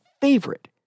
favorite